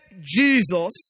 Jesus